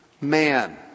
man